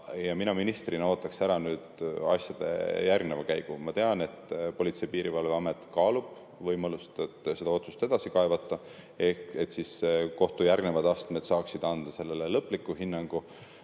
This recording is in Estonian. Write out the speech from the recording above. Mina ministrina ootaks ära nüüd asjade edasise käigu. Ma tean, et Politsei- ja Piirivalveamet kaalub võimalust see otsus edasi kaevata, et siis kohtu järgmised astmed saaksid anda sellele lõpliku hinnangu.